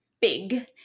big